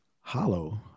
Hollow